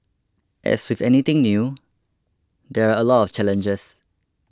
as with anything new there are a lot of challenges